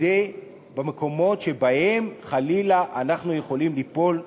זה במקומות שבהם חלילה אנחנו יכולים ליפול לשחיתות.